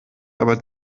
aber